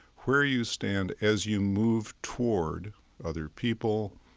where you stand as you move toward other people,